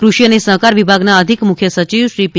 કૃષિ અને સહકાર વિભાગના અધિક મુખ્ય સચિવ શ્રી પી